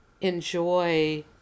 enjoy